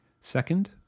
Second